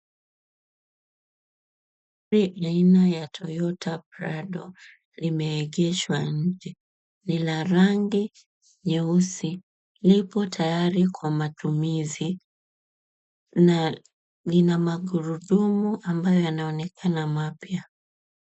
Gari aina ya Toyota Prado limeegeshwa nje. Ni la rangi nyeusi, lipo tayari kwa matumizi. Na lina magurudumu ambayo yanaonekana mapya.